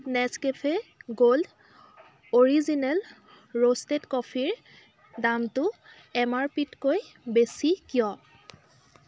Nescafe gold original roasted কফিৰ দামটো M R P তকৈ বেছি কিয়